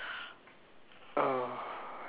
err